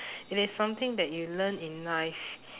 it is something that you learn in life